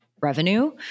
revenue